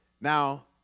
Now